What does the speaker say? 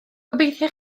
gobeithio